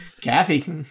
Kathy